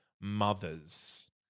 mothers